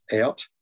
out